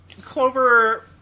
Clover